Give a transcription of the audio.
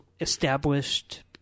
established